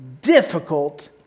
difficult